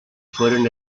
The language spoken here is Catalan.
foren